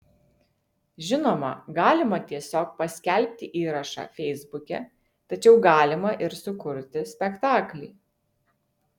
žinoma galima tiesiog paskelbti įrašą feisbuke tačiau galima ir sukurti spektaklį